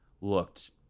looked